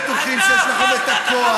אתם בטוחים שיש לכם כוח.